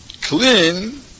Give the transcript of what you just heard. clean